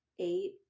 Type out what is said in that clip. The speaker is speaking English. eight